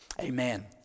Amen